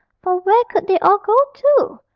for where could they all go to?